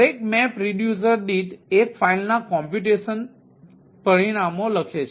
દરેક mapper reducer દીઠ એક ફાઇલના કમ્પ્યુટેશન પરિણામો લખે છે